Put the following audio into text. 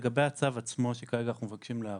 לגבי הצו עצמו שכרגע אנחנו מבקשים להאריך,